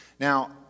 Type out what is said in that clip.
Now